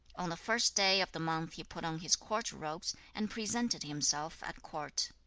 on the first day of the month he put on his court robes, and presented himself at court.